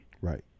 Right